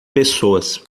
pessoas